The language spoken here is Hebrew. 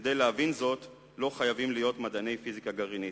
וכדי להבין זאת לא חייבים להיות מדעני פיזיקה גרעינית.